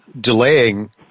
delaying